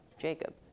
Jacob